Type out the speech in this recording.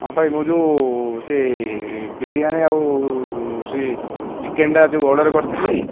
ହଁ ଭାଇ ମୁଁ ଯେଉଁ ସେ ବିରିୟାନି ଆଉ ସେହି ଚିକେନ୍ଟା ଯେଉଁ ଅର୍ଡ଼ର୍ କରିଥିଲି